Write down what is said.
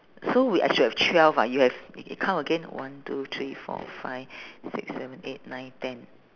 so we I should have twelve ah you have y~ count again one two three four five six seven eight nine ten